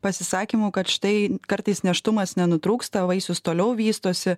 pasisakymų kad štai kartais nėštumas nenutrūksta o vaisius toliau vystosi